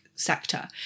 sector